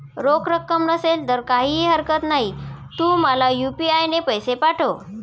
रोख रक्कम नसेल तर काहीही हरकत नाही, तू मला यू.पी.आय ने पैसे पाठव